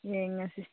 ꯌꯦꯡꯂꯁꯤ